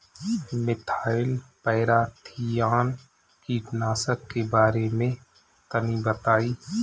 Methyl parathion कीटनाशक के बारे में तनि बताई?